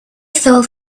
fell